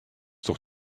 toch